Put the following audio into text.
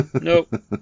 Nope